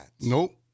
Nope